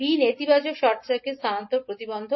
b নেতিবাচক short circuit স্থানান্তর প্রতিবন্ধক